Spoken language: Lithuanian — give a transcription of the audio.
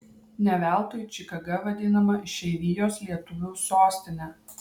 ne veltui čikaga vadinama išeivijos lietuvių sostine